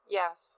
yes